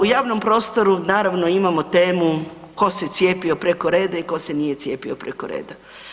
U javnom prostoru naravno imamo temu tko se cijepio preko reda i tko se nije cijepio preko reda.